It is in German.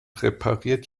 repariert